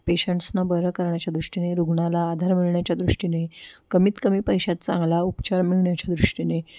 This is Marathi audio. पेशंट्सना बरं करण्याच्या दृष्टीने रुग्णाला आधार मिळण्याच्या दृष्टीने कमीतकमी पैशात चांगला उपचार मिळण्याच्या दृष्टीने